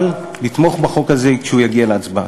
אבל לתמוך בחוק הזה כשהוא יגיע להצבעה.